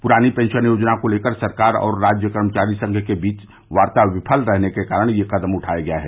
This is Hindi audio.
प्रानी पेंशन योजना को लेकर सरकार और राज्य कर्मचारी संघ के बीच वार्ता विफल रहने के कारण यह कदम उठाया गया है